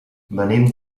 venim